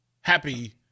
happy